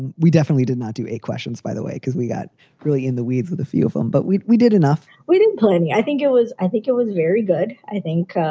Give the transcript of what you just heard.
and we definitely did not do a questions, by the way, because we got really in the weeds with a few of them. um but we we did enough we didn't pull any. i think it was i think it was very good. i think,